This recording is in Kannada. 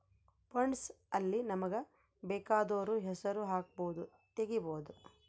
ಫಂಡ್ಸ್ ಅಲ್ಲಿ ನಮಗ ಬೆಕಾದೊರ್ ಹೆಸರು ಹಕ್ಬೊದು ತೆಗಿಬೊದು